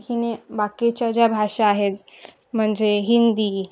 हिने बाकीच्या ज्या भाषा आहेत म्हणजे हिंदी